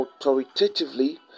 authoritatively